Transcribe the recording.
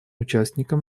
участником